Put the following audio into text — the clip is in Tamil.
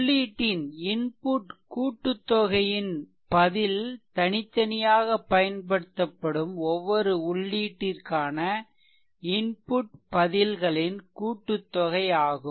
உள்ளீட்டின் கூட்டுத்தொகையின் பதில் தனித்தனியாக பயன்படுத்தப்படும் ஒவ்வொரு உள்ளீட்டிற்கான பதில்களின் கூட்டுத்தொகை ஆகும்